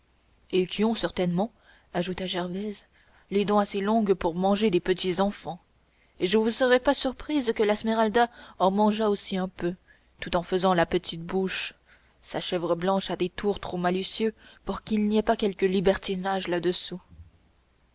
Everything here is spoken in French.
et qui ont certainement ajouta gervaise les dents assez longues pour manger des petits enfants et je ne serais pas surprise que la smeralda en mangeât aussi un peu tout en faisant la petite bouche sa chèvre blanche a des tours trop malicieux pour qu'il n'y ait pas quelque libertinage là-dessous